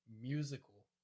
musical